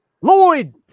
Lloyd